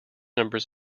numbers